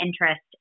interest